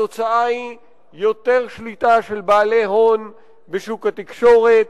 התוצאה היא יותר שליטה של בעלי הון בשוק התקשורת,